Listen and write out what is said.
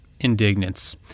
indignance